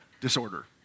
disorder